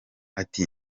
ati